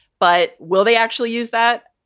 but will they actually use that?